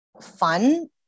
fun